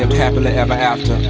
and happily ever after.